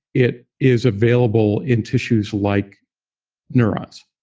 it is available in tissues like neurons.